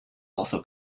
also